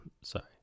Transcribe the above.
Sorry